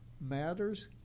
matters